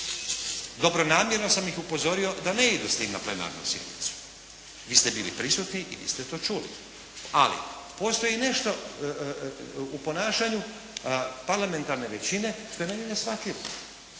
Dobronamjerno sam ih upozorio da ne idu na plenarnu sjednicu, vi ste bili prisutni i vi ste to čuli. Ali postoj nešto u ponašanju parlamentarne većine što je meni neshvatljivo.